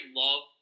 love –